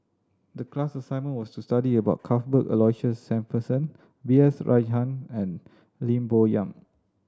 the class assignment was to study about Cuthbert Aloysius Shepherdson B S Rajhans and Lim Bo Yam